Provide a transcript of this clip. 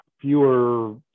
fewer